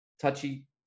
touchy